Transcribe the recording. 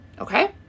Okay